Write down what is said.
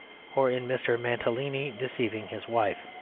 or in mr. mantalini deceiving his wife.